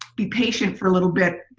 be patient for a little bit,